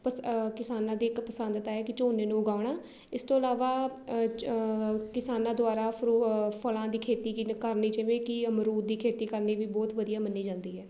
ਪਸ ਕਿਸਾਨਾਂ ਦੀ ਇੱਕ ਪਸੰਦਤਾ ਹੈ ਕਿ ਝੋਨੇ ਨੂੰ ਉਗਾਉਣਾ ਇਸ ਤੋਂ ਇਲਾਵਾ ਕਿਸਾਨਾਂ ਦੁਆਰਾ ਫਰੂ ਫਲਾਂ ਦੀ ਖੇਤੀ ਕਰਨੀ ਜਿਵੇਂ ਕਿ ਅਮਰੂਦ ਦੀ ਖੇਤੀ ਕਰਨੀ ਵੀ ਬਹੁਤ ਵਧੀਆ ਮੰਨੀ ਜਾਂਦੀ ਹੈ